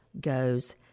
goes